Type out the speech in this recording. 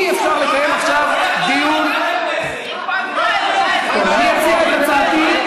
אי-אפשר לקיים עכשיו דיון, אני אציע את הצעתי,